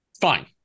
fine